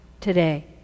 today